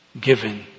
given